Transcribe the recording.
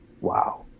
wow